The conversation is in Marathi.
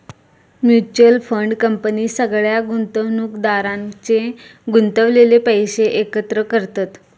म्युच्यअल फंड कंपनी सगळ्या गुंतवणुकदारांचे गुंतवलेले पैशे एकत्र करतत